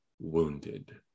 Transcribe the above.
wounded